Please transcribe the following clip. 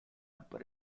upper